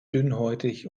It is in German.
dünnhäutig